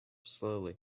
slowly